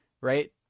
right